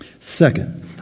Second